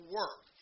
work